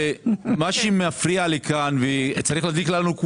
מה שמפריע לי כאן וצריך להדליק לנו נורה אדומה,